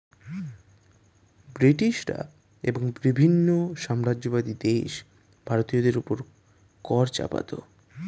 ব্রিটিশরা এবং বিভিন্ন সাম্রাজ্যবাদী দেশ ভারতীয়দের উপর কর চাপাতো